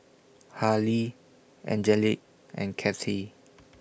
Halie Angelic and Kathey